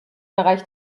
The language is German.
bereich